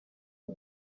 the